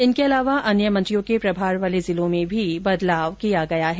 इनके अलावा अन्य मंत्रियों के प्रभार वाले जिलों में बदलाव किया गया है